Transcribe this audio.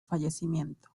fallecimiento